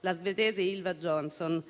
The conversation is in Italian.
la svedese Ylva Johansson,